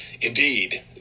Indeed